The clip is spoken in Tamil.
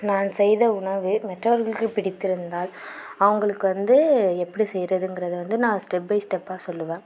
நான் செய்த உணவு மற்றவர்களுக்கு பிடித்திருந்தால் அவங்களுக்கு வந்து எப்படி செய்கிறதுங்கறத வந்து நான் ஸ்டெப் பை ஸ்டெப்பாக சொல்லுவேன்